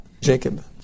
Jacob